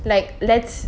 like let's